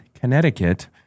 Connecticut